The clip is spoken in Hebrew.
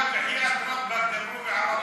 אין מילה כזאת בעברית.